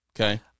Okay